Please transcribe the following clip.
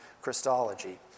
Christology